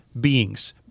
beings